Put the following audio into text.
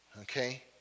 Okay